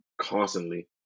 constantly